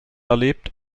erlebt